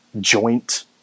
joint